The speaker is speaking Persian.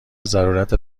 ضرورت